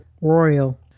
Royal